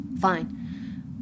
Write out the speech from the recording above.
Fine